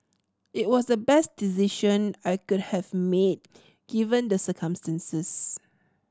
it was the best decision I could have made given the circumstances